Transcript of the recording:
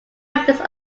evidence